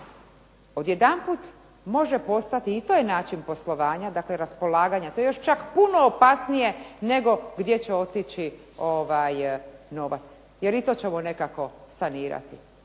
odjedanput može postati, i to je način poslovanja, dakle raspolaganja, to je još čak puno opasnije nego gdje će otići novac, jer i to ćemo nekako sanirati.